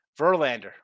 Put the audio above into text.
Verlander